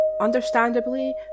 Understandably